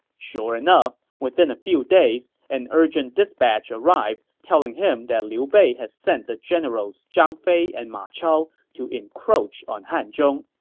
sure enough, within a few days, an urgent dispatch arrived, telling him that liu bei had sent the generals zhang fei and ma chao to encroach on hanzhong